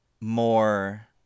More